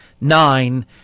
nine